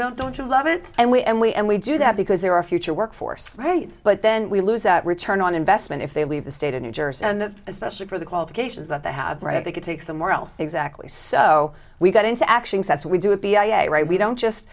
don't don't you love it and we and we and we do that because they're our future workforce right but then we lose that return on investment if they leave the state of new jersey and especially for the qualifications that they have right they could take somewhere else exactly so we got into actually that's what we do a b i a right we don't just